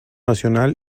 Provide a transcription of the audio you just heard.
nacional